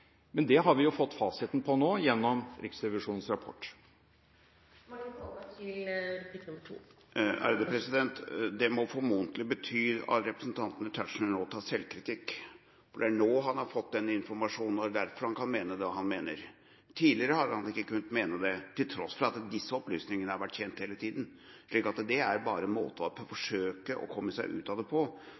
Men det har vi fått fasiten på nå gjennom Riksrevisjonens rapport. Dette må formodentlig bety at representanten Tetzschner nå tar selvkritikk. Det er nå han har fått denne informasjonen, og det er derfor han kan mene det han mener. Tidligere har han ikke kunnet mene det til tross for at disse opplysningene har vært kjent hele tiden, så dette er bare en måte å forsøke å komme seg ut av det på.